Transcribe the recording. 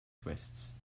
twists